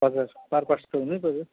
हजुर march past त हुनैपऱ्यो